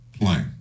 playing